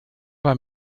war